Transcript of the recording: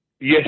Yes